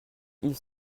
ils